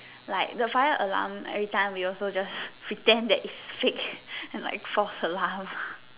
like the fire alarm every time we also just pretend that it is fake like false alarm